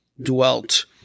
dwelt